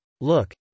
Look